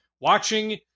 watching